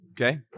okay